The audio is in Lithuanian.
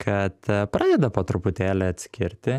kad pradeda po truputėlį atskirti